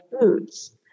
foods